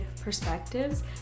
perspectives